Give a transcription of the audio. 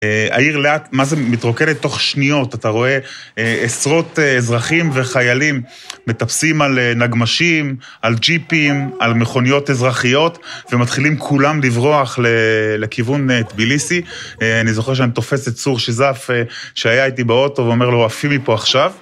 העיר לאט מה זה מתרוקנת תוך שניות, אתה רואה עשרות אזרחים וחיילים מטפסים על נגמשים, על ג'יפים, על מכוניות אזרחיות ומתחילים כולם לברוח לכיוון טביליסי. אני זוכר שאני תופס את צור שיזף שהיה איתי באוטו ואומר לו עפים מפה עכשיו.